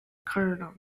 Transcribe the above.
colonel